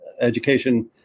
education